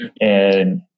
And-